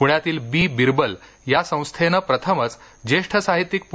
पुण्यातील बी विरबल या संस्थेने प्रथमच ज्येष्ठ साहित्यिक पू